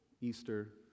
Easter